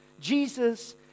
Jesus